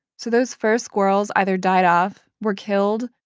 so those first squirrels either died off, were killed,